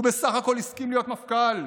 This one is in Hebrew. הוא בסך הכול הסכים להיות מפכ"ל.